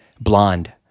Blonde